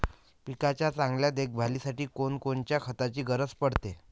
पिकाच्या चांगल्या देखभालीसाठी कोनकोनच्या खताची गरज पडते?